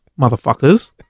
motherfuckers